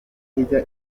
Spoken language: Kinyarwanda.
ijya